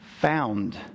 found